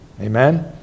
Amen